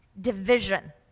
division